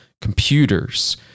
computers